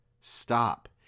stop